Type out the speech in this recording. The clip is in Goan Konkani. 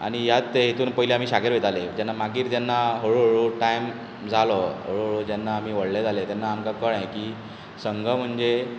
आनी ह्यात ते हितूंत पयलीं आमी शाखेर वयताले तेन्ना मागीर जेन्ना हळू हळू टायम जालो हळू हळू जेन्ना आमी व्हडले जाले तेन्ना आमकां कळलें की संघ म्हणजे